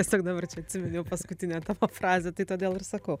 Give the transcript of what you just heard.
tiesiog dabar čia atsiminiau paskutinę tavo frazę tai todėl ir sakau